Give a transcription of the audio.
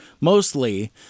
mostly